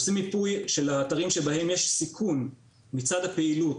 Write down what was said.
עושים מיפוי של האתרים שבהם יש סיכון מצד הפעילות,